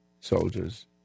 soldiers